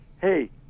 Hey